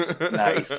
Nice